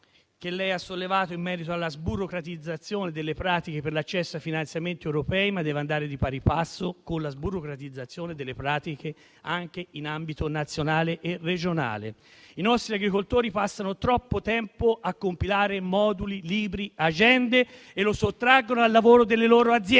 Meloni, ha sollevato in merito alla sburocratizzazione delle pratiche per l'accesso ai finanziamenti europei, ma ciò deve andare di pari passo con la sburocratizzazione delle pratiche anche in ambito nazionale e regionale. I nostri agricoltori passano troppo tempo a compilare moduli, libri, agende e lo sottraggono al lavoro delle loro aziende.